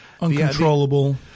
Uncontrollable